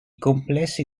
complessi